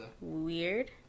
weird